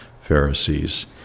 Pharisees